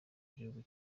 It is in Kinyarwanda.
gihugu